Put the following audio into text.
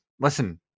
listen